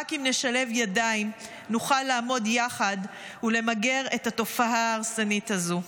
רק אם נשלב ידיים נוכל לעמוד יחד ולמגר את התופעה ההרסנית הזו.